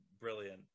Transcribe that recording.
brilliant